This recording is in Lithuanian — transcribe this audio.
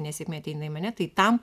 nesėkmė ateina į mane tai tam